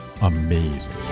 amazing